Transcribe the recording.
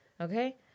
Okay